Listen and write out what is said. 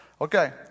Okay